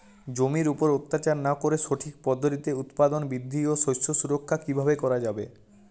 জমির উপর অত্যাচার না করে সঠিক পদ্ধতিতে উৎপাদন বৃদ্ধি ও শস্য সুরক্ষা কীভাবে করা যাবে?